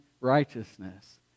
righteousness